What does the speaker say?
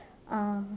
ah